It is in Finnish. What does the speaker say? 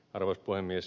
arvoisa puhemies